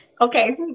Okay